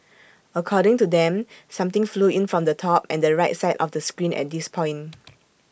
according to them something flew in from the top and the right side of the screen at this point